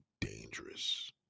dangerous